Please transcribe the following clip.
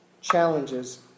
challenges